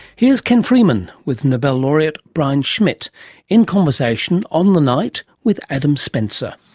here's ken freeman with nobel laureate brian schmidt in conversation on the night with adam spencer.